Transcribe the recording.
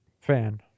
fan